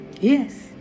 Yes